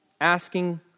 asking